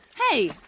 hey.